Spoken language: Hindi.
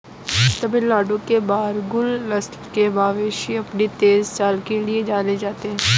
तमिलनाडु के बरगुर नस्ल के मवेशी अपनी तेज चाल के लिए जाने जाते हैं